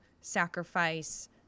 sacrifice